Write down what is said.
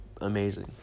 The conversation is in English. amazing